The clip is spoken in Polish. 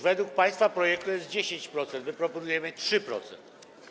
Według państwa projektu to jest 10%, my proponujemy 3%.